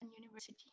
university